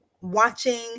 watching